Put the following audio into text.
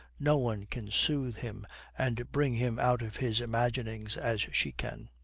no one can soothe him and bring him out of his imaginings as she can.